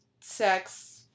sex